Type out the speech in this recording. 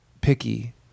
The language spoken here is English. picky